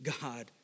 God